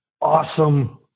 Awesome